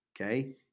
Okay